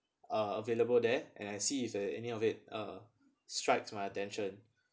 uh available there and I see if uh any of it uh strikes my attention